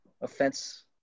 offense